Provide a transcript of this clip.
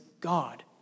God